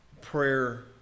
prayer